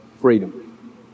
freedom